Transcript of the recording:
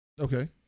Okay